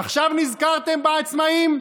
עכשיו נזכרתם בעצמאים?